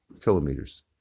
Kilometers